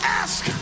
ask